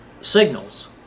signals